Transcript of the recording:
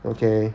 okay